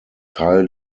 teil